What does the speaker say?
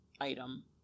item